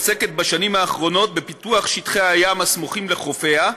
עוסקת בשנים האחרונות בפיתוח שטחי הים הסמוכים לחופיה,